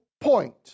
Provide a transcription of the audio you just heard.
point